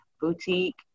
boutique